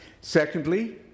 Secondly